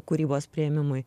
kūrybos priėmimui